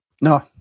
No